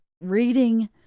reading